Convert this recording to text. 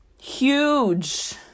huge